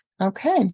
Okay